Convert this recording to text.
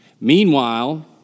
Meanwhile